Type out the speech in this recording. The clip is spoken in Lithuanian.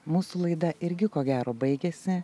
mūsų laida irgi ko gero baigiasi